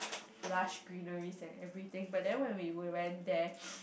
lush greeneries and everything but then when we were went there